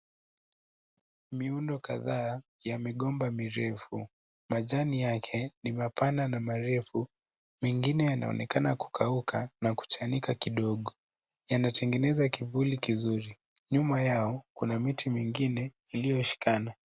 Miundo kadhaa ya migomba mirefu, majani yake ni mapana na marefu, mengine yanaonekana kukauka na kuchanika kidogo. Yanatengeneza kivuli kizuri. Nyuma yao, kuna miti mingine iliyoshikana.